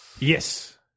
Yes